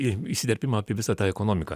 į įsiterpimą apie visą tą ekonomiką